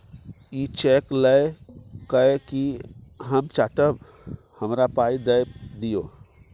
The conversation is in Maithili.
इ चैक लए कय कि हम चाटब? हमरा पाइ दए दियौ